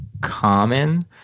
common